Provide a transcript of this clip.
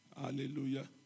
Hallelujah